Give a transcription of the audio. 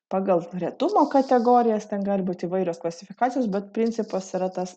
pagal retumo kategorijas ten gali būti įvairios klasifikacijos bet principas yra tas